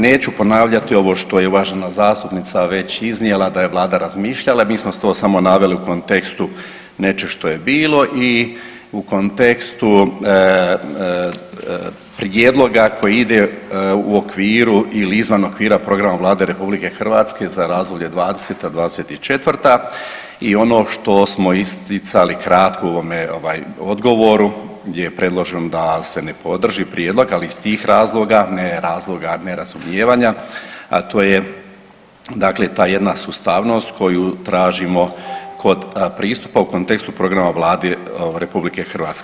Neću ponavljati ovo što je uvažena zastupnica već iznijela da je Vlada razmišljala, mi smo to samo naveli u kontekstu nečeg što je bilo i u kontekstu prijedloga koji ide u okviru ili izvan okvira programa Vlade RH za razdoblje '20.-'24. i ono što smo isticali kratko u ovome ovaj odgovoru gdje je predloženo da se ne podrži prijedlog ali iz tih razloga ne razloga nerazumijevanja, a to je dakle ta jedna sustavnost koju tražimo kod pristupa u kontekstu programa Vlade RH.